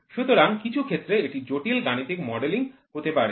সুতরাং কিছু ক্ষেত্রে এটি জটিল গাণিতিক মডেলিং হতে পারে